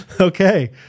Okay